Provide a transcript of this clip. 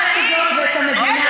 על איזה זכויות את מדברת?